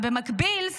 ובמקביל,